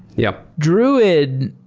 yup druid,